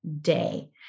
day